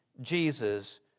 Jesus